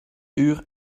uur